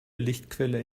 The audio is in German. lichtquelle